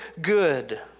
good